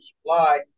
supply